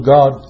God